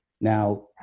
Now